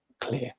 clear